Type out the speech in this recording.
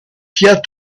fiat